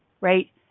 right